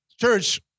Church